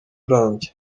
urambye